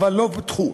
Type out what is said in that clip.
לא פותחו.